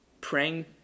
praying